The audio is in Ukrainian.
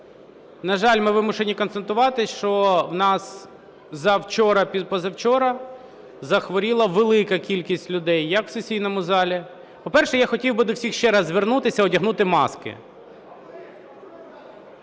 На жаль, ми вимушені констатувати, що в нас за вчора-позавчора захворіла велика кількість людей як в сесійному залі... По-перше, я хотів би до всіх ще раз звернутися – одягнути маски.